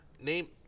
name